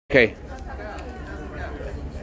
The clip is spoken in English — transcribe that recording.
okay